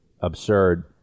absurd